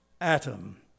atom